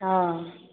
ओ